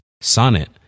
Sonnet